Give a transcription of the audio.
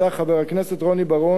חבר הכנסת רוני בר-און,